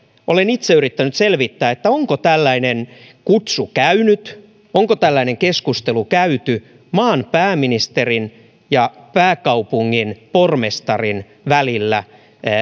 olen itse yrittänyt selvittää onko tällainen kutsu käynyt onko tällainen keskustelu käyty maan pääministerin ja pääkaupungin pormestarin välillä